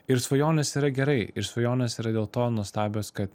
ir svajonės yra gerai ir svajonės yra dėl to nuostabios kad